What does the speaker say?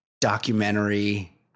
documentary